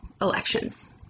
elections